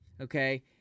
Okay